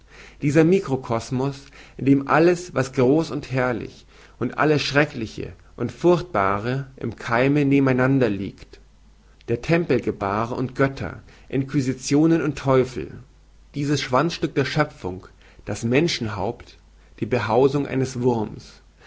dieser mikrokosmus in dem alles was groß und herrlich und alles schreckliche und furchtbare im keime nebeneinander liegt der tempel gebar und götter inquisitionen und teufel dieses schwanzstück der schöpfung das menschenhaupt die behausung eines wurmes